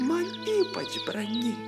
man ypač brangi